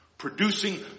Producing